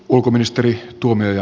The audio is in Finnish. herra puhemies